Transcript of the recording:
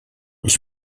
ich